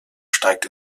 steigt